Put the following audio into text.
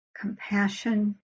compassion